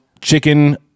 chicken